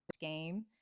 game